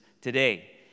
today